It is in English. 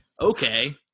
Okay